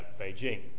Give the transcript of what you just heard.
Beijing